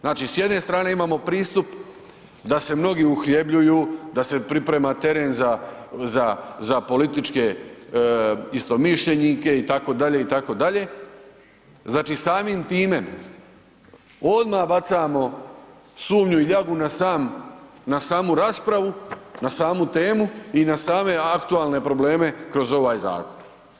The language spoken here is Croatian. Znači s jedne strane imamo pristup da se mnogi uhljebljuju, da se priprema teren za političke istomišljenike itd., itd., znači samim time odmah bacamo sumnju i ljagu na samu raspravu, na samu temu i na same aktualne probleme kroz ovaj zakon.